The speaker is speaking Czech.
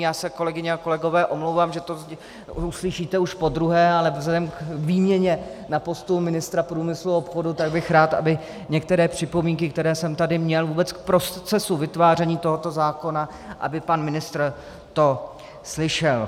Já se, kolegyně a kolegové, omlouvám, že to uslyšíte už podruhé, ale vzhledem k výměně na postu ministra průmyslu a obchodu bych byl rád, aby některé připomínky, které jsem tady měl vůbec k procesu vytváření tohoto zákona, pan ministr slyšel.